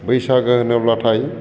बैसागो होनोब्लाथाय